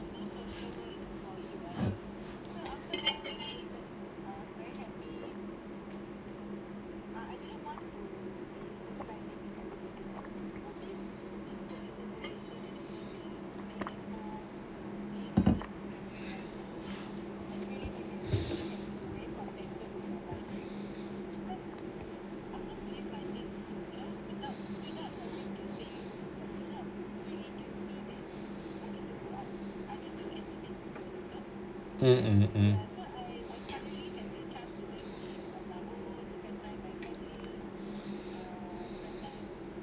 mm uh uh